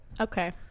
Okay